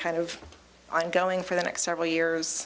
kind of ongoing for the next several years